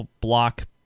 block